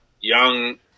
young